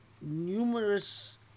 numerous